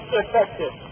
effective